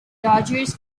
dodgers